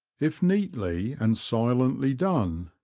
if neatly and silently done,